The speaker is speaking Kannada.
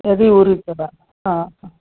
ಎದೆ ಉರೀತದೆ ಹಾಂ ಹಾಂ